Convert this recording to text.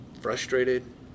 frustrated